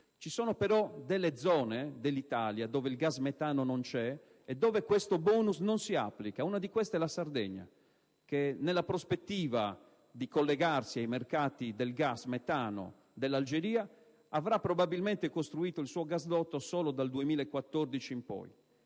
Ci sono però alcune zone dell'Italia dove il gas metano non c'è e questo *bonus* non si applica. Una di queste è la Sardegna che, nella prospettiva di collegarsi ai mercati del gas metano dell'Algeria, avrà probabilmente costruito il suo gasdotto solo dal 2014 in poi.